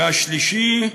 והשלישית,